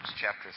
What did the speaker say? chapter